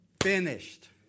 finished